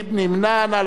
מי נמנע?